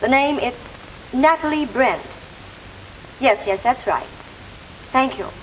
the name is natalie brant yes yes that's right thank you